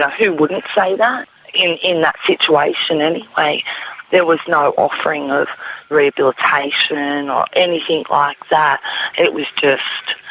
ah who wouldn't say that in in that situation, anyway? there was no offering of rehabilitation or anything like that it was just,